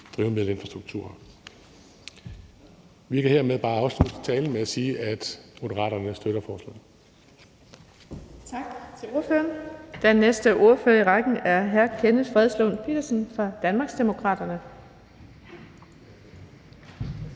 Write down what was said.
Jeg kan hermed afslutte talen med at sige, at Moderaterne støtter forslaget.